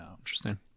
Interesting